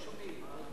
לא שומעים.